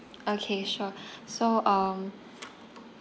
okay sure so um